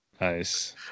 nice